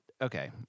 okay